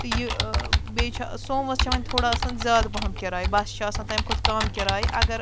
تہٕ یہِ بیٚیہِ چھےٚ سوموٗوَس چھےٚ وۄنۍ تھوڑا آسان زیادٕ پَہم کِراے بَسہِ چھِ آسان تَمہِ کھۄتہٕ کَم کِراے اَگر